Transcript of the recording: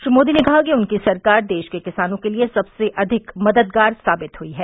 श्री मोदी ने कहा कि उनकी सरकार देश के किसानों के लिए सबसे अधिक मददगार साबित हुई है